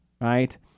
right